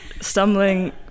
stumbling